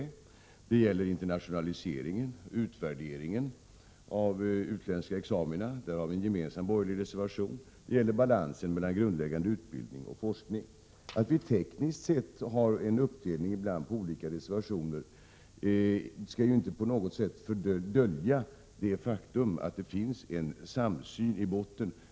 Det gäller internationaliseringen, värderingen av utländska examina, där det finns en gemensam borgerlig reservation. Det gäller balansen mellan grundläggande utbildning och forskning. Att vi tekniskt sett ibland har en uppdelning på olika reservationer skall inte på något sätt dölja det faktum att det finns en samsyn i botten.